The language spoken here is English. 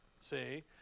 See